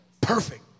Perfect